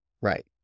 Right